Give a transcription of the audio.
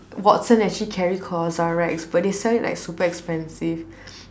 Watson actually carry CosRX but they sell it like super expensive